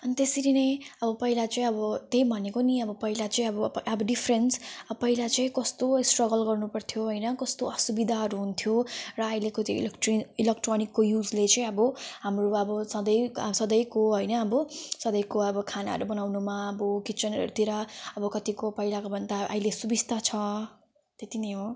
अनि त्यसरी नै अब पहिला चाहिँ अब त्यही भनेको नि अब पहिला चाहिँ अब अब डिफ्रेन्स अब पहिला चाहिँ कस्तो स्ट्रगल गर्नुपर्थ्यो हैन कस्तो असुविधाहरू हुन्थ्यो र अहिलेको त्यो इलकट्री इलक्ट्रोनिकको युजले चाहिँ अब हाम्रो अब सधैँ आ सधैँको हैन अब सधैँको अब खानाहरू बनाउनुमा अब किचनहरूतिर अब कतिको पहिलाको भन्दा अहिले सुविस्ता छ त्यति नै हो